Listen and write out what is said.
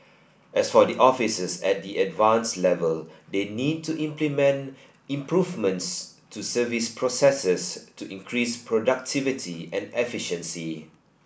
as for the officers at the Advanced level they need to implement improvements to service processes to increase productivity and efficiency